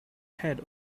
head